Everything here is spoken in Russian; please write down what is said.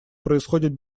происходят